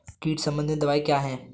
कीट संबंधित दवाएँ क्या हैं?